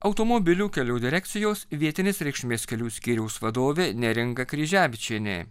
automobilių kelių direkcijos vietinės reikšmės kelių skyriaus vadovė neringa kryževičienė